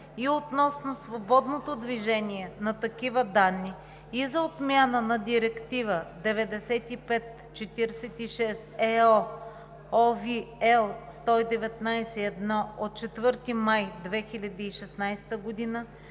и относно свободното движение на такива данни и за отмяна на Директива 95/46/ЕО (OB, L 119/1 от 4 май 2016 г.),